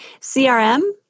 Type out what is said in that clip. CRM